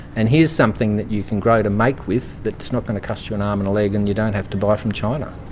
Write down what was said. and here's something that you can grow to make with that's not going to cost you an arm and a leg and you don't have to buy from china.